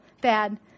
bad